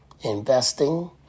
investing